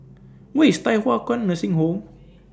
Where IS Thye Hua Kwan Nursing Home